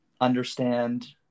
understand